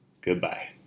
goodbye